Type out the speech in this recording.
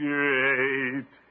Great